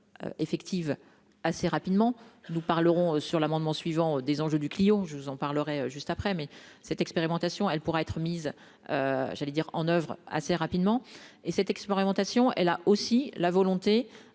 effective, assez rapidement, nous parlerons sur l'amendement suivant des enjeux du client, je vous en parlerai juste après mais cette expérimentation, elle pourra être mise, j'allais dire en oeuvre assez rapidement et cette expérimentation, elle a aussi la volonté